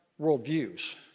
worldviews